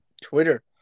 Twitter